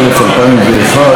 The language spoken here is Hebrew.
התשס"א 2001,